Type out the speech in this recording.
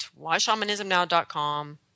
whyshamanismnow.com